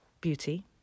beauty